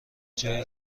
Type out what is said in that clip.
جایی